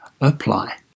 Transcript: apply